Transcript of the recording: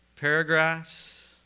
paragraphs